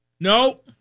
No